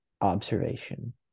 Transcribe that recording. observation